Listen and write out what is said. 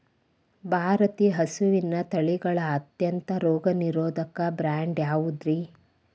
ಭಾರತೇಯ ಹಸುವಿನ ತಳಿಗಳ ಅತ್ಯಂತ ರೋಗನಿರೋಧಕ ಬ್ರೇಡ್ ಯಾವುದ್ರಿ?